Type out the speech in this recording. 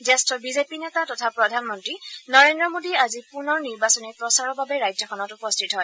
জ্যেষ্ঠ বিজেপি নেতা তথা প্ৰধানমন্নী নৰেন্দ্ৰ মোদী আজি পুনৰ নিৰ্বাচনী প্ৰচাৰৰ বাবে ৰাজ্যখনত উপস্থিত হয়